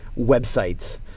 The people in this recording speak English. websites